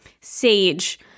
sage